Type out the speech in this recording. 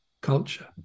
culture